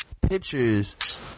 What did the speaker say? pictures